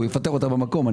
הוא יפטר אותה במקום.